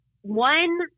one